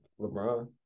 LeBron